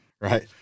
Right